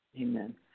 Amen